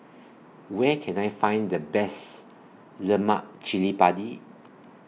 Where Can I Find The Best Lemak Cili Padi